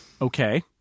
okay